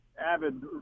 avid